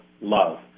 love